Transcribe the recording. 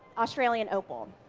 australian opal.